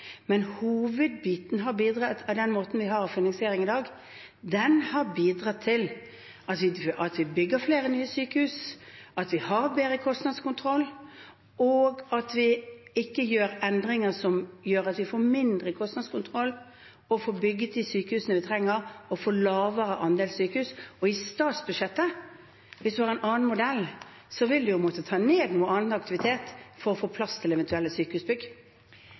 men hovedbiten av den måten vi finansierer på i dag, har bidratt til at vi bygger flere nye sykehus, at vi har bedre kostnadskontroll, og at vi ikke gjør endringer som gjør at vi får mindre kostnadskontroll – slik at vi ikke får bygget de sykehusene vi trenger, og får en lavere andel sykehus. Og hvis man har en annen modell, vil man i statsbudsjettet måtte ta ned annen aktivitet for å få plass til eventuelle sykehusbygg.